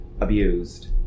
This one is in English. abused